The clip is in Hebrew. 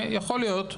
יכול להיות,